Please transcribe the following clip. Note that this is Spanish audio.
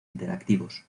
interactivos